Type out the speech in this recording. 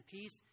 peace